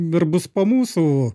ir bus po mūsų